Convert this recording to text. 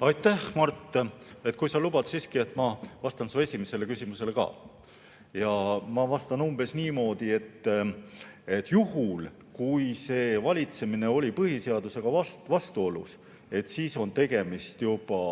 Aitäh, Mart! Kui sa lubad, ma siiski vastan su esimesele küsimusele ka. Ja ma vastan umbes niimoodi: juhul, kui see valitsemine oli põhiseadusega vastuolus, on tegemist juba